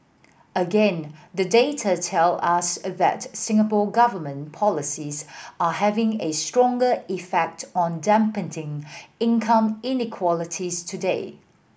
again the data tell us a that Singapore Government policies are having a stronger effect on dampening income inequality's today